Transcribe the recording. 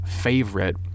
favorite